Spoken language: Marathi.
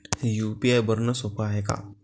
यू.पी.आय भरनं सोप हाय का?